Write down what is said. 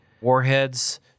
warheads